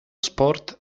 sport